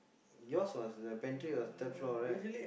yours was the pantry was third floor right